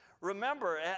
Remember